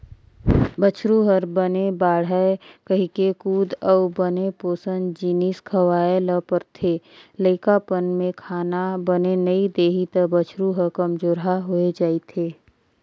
बछरु ह बने बाड़हय कहिके दूद अउ बने पोसन जिनिस खवाए ल परथे, लइकापन में खाना बने नइ देही त बछरू ह कमजोरहा हो जाएथे